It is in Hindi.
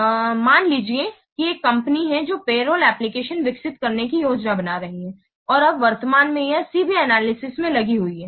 तो मान लीजिए कि एक कंपनी है जो पेरोल एप्लिकेशन विकसित करने की योजना बना रही है और अब वर्तमान में यह C B एनालिसिस में लगी हुई है